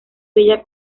bella